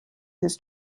his